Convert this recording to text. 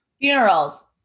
Funerals